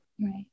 Right